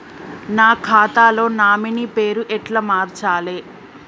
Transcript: నా ఖాతా లో నామినీ పేరు ఎట్ల మార్చాలే?